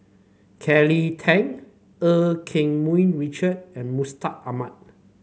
Kelly Tang Eu Keng Mun Richard and Mustaq Ahmad